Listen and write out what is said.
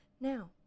Now